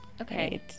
okay